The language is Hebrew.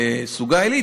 לסוגה עילית,